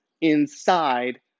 inside